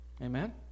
Amen